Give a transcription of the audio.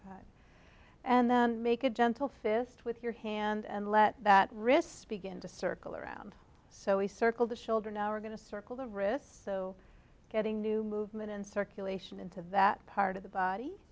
more and then make a gentle fist with your hand and let that risby kinda circle around so we circle the shoulder now we're going to circle the wrist so getting new movement in circulation into that part of the body